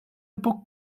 book